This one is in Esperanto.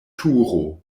turo